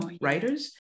writers